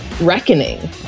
reckoning